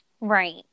Right